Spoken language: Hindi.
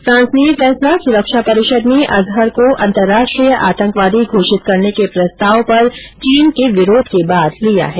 फांस ने यह फैसला सुरक्षा परिषद में अजहर को अंतर्राष्ट्रीय आतंकवादी घोषित करने के प्रस्ताव पर चीन के विरोध के बाद लिया है